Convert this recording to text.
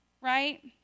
right